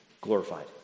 glorified